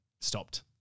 stopped